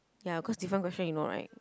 ya cause different question you know right